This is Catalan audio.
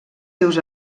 seus